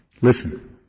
Listen